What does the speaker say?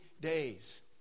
days